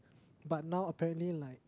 but now apparently like